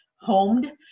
homed